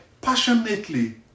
passionately